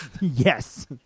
Yes